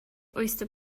oyster